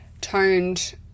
toned